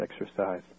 exercise